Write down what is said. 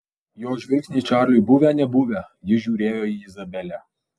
jos žvilgsniai čarliui buvę nebuvę jis žiūrėjo į izabelę